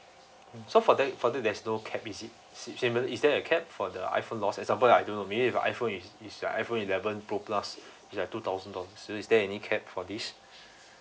so for that for that there's no capped is it payment is there a capped for the iPhone lost example I don't know maybe if the iPhone is is like iPhone eleven pro plus it's like two thousand dollars so is there any capped for this